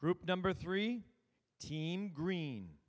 group number three team green